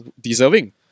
deserving